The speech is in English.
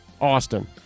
austin